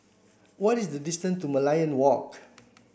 what is the distance to Merlion Walk